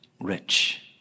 rich